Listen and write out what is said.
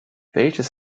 welches